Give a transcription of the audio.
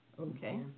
Okay